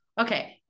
Okay